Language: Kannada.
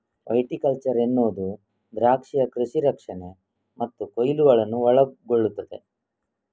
ವೈಟಿಕಲ್ಚರ್ ಎನ್ನುವುದು ದ್ರಾಕ್ಷಿಯ ಕೃಷಿ ರಕ್ಷಣೆ ಮತ್ತು ಕೊಯ್ಲುಗಳನ್ನು ಒಳಗೊಳ್ಳುತ್ತದೆ